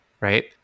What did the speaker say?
right